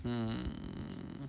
um